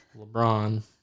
LeBron